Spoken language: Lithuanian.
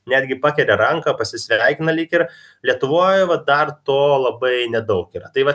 netgi pakelia ranką pasisveikina lyg ir lietuvoj va dar to labai nedaug yra tai va